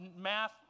Math